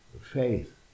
Faith